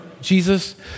Jesus